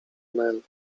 nel